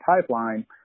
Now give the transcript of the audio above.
pipeline